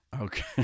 Okay